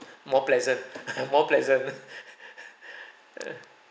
more pleasant and more pleasant uh